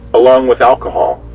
along with alcohol.